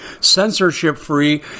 censorship-free